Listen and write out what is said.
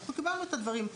אנחנו קיבלנו את הדברים,